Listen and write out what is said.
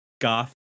Goth